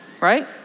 Right